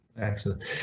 Excellent